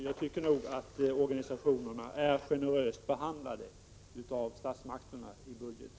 Jag tycker därför att organisationerna har blivit generöst behandlade av statsmakterna i budgeten.